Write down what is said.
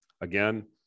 Again